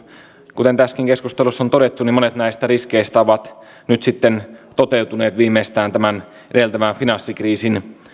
kuten tässäkin keskustelussa on todettu monet näistä riskeistä ovat sitten toteutuneet viimeistään tämän edeltävän finanssikriisin